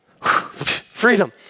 Freedom